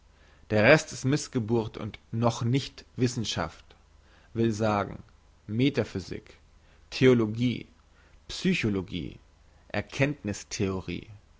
der rest ist missgeburt und noch nicht wissenschaft will sagen metaphysik theologie psychologie erkenntnisstheorie